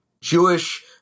Jewish